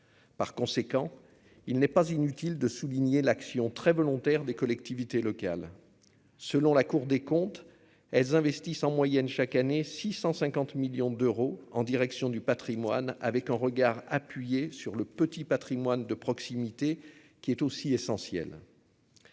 par conséquent, il n'est pas inutile de souligner l'action très volontaire des collectivités locales, selon la Cour des comptes, elles investissent en moyenne chaque année 650 millions d'euros en direction du Patrimoine avec un regard appuyé sur le petit Patrimoine de proximité qui est aussi.